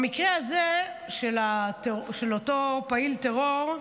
במקרה הזה, של אותו פעיל טרור,